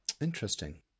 interesting